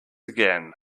again